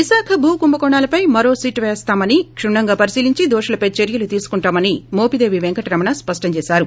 విశాఖ భూ కుంభకోణాలపై మరో సిట్ పేస్తామని కుణ్నంగా పరిశీలించి దోషులపై చర్యలు తీసుకుంటామని మోపిదేవి వెంకటరమణ స్పష్టం చేశారు